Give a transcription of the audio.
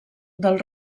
del